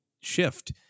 shift